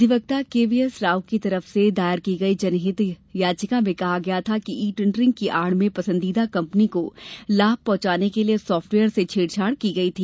अधिवक्ता के V S Rao की तरफ से दायर की गयी जनहित याचिका में कहा गया था कि ई टेंडरिंग की आड़ में पंसीदीदा कंपनी को लाभ पहंचाने के लिए सॉफ्टवेयर से छेड़छाड की गयी है